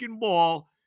ball